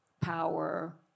power